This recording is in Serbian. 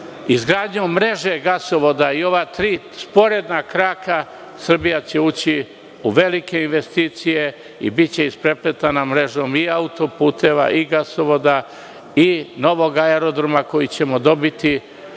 izgradnjom mreže gasovoda i ova tri sporedna kraka Srbija će ući u velike investicije i biće isprepletena mreža autoputeva i gasovoda i novog aerodroma koji ćemo dobiti